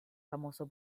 famoso